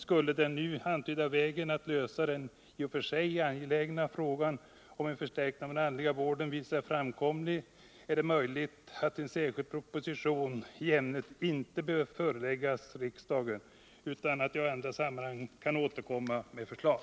Skulle den nu antydda vägen att lösa den i och för sig angelägna frågan om en förstärkning av den andliga vården visa sig framkomlig, är det möjligt att en särskild proposition i ämnet inte behöver föreläggas riksdagen utan att jag i andra sammanhang kan återkomma med förslag.